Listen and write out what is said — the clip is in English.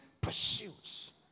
pursuits